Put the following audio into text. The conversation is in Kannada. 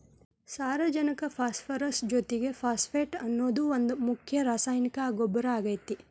ಸಾರಜನಕ ಪಾಸ್ಪರಸ್ ಜೊತಿಗೆ ಫಾಸ್ಫೇಟ್ ಅನ್ನೋದು ಒಂದ್ ಮುಖ್ಯ ರಾಸಾಯನಿಕ ಗೊಬ್ಬರ ಆಗೇತಿ